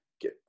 get